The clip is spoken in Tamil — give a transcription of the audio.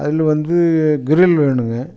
அதில் வந்து கிரில் வேணுங்க